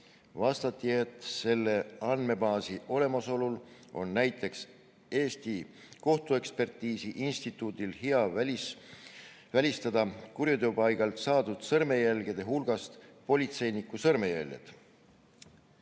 vastati, et selle andmebaasi olemasolu korral on näiteks Eesti Kohtuekspertiisi Instituudil hea välistada kuriteopaigalt saadud sõrmejälgede hulgast politseinike sõrmejäljed.